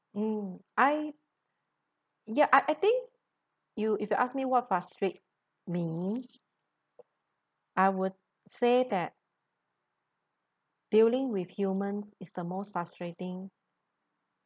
mm I ya I I think you if you ask me what frustrate me I would say that dealing with humans is the most frustrating